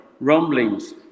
rumblings